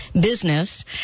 business